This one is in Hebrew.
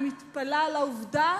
אני מתפלאת על העובדה